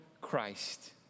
Christ